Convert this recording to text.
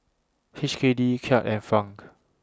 H K D Kyat and Franc